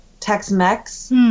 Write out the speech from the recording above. Tex-Mex